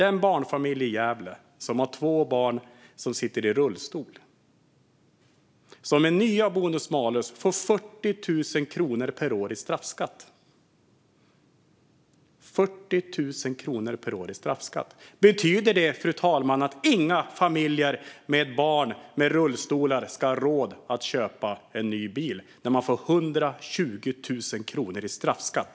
En barnfamilj i Gävle som har två barn som sitter i rullstol får genom nya bonus-malus 40 000 kronor per år i straffskatt. Betyder det, fru talman, att inga familjer med barn med rullstolar ska ha råd att köpa en ny bil? De får ju 120 000 kronor i straffskatt.